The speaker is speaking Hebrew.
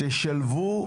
תשלבו אותנו,